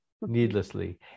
needlessly